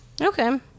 Okay